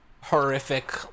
horrific